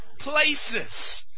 places